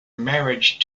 marriage